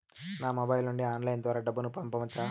నా మొబైల్ నుండి ఆన్లైన్ ద్వారా డబ్బును పంపొచ్చా